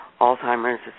Alzheimer's